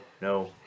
no